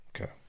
Okay